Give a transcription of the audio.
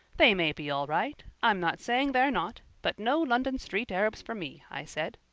they may be all right i'm not saying they're not but no london street arabs for me i said.